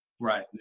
right